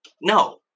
No